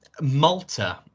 Malta